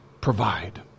provide